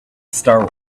star